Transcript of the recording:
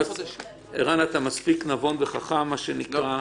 ערן, אתה מספיק נבון וחכם, מה שנקרא.